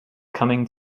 coming